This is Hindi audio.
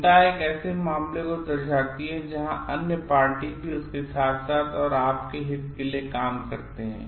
चिंता एक ऐसे मामले को दर्शाती है जहां अन्य पार्टी भी उनके साथ साथ आपके हित के लिए भी काम करती है